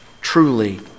Truly